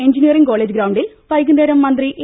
engineering college ഗ്രൌണ്ടിൽ വൈകുന്നേരം മന്ത്രി എ